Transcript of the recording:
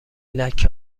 لکه